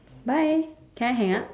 bye can I hang up